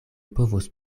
povos